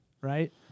right